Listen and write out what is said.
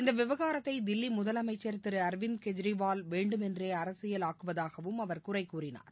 இந்த விவகாரத்தை தில்லி முதலமைச்சர் திரு அரவிந்த் கெஜ்ரிவால் வேண்டும் என்றே அரசியல் ஆக்குவதாகவும் அவர் குறை கூறினார்